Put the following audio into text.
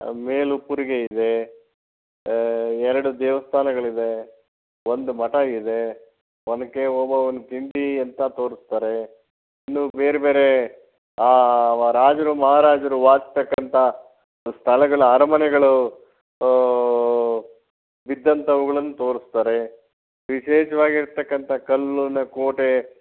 ಮೇಲುಪ್ಪರಿಗೆ ಇದೆ ಎರಡು ದೇವಸ್ಥಾನಗಳಿದೆ ಒಂದು ಮಠ ಇದೆ ಒನಕೆ ಓಬವ್ವನ ಕಿಂಡಿ ಅಂತ ತೋರಿಸ್ತಾರೆ ಇನ್ನು ಬೇರೆ ಬೇರೆ ರಾಜರು ಮಹಾರಾಜರು ವಾಸಿಸತಕ್ಕಂತಹ ಸ್ಥಳಗಳು ಅರಮನೆಗಳು ಇದ್ದಂಥವುಗಳನ್ನು ತೋರಿಸ್ತಾರೆ ವಿಶೇಷವಾಗಿರತಕ್ಕಂಥ ಕಲ್ಲಿನ ಕೋಟೆ